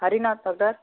ஹரினா doctor